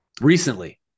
Recently